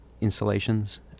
installations